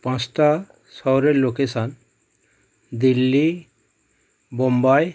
পাঁচটা শহরের লোকেশন দিল্লি বোম্বাই